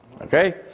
okay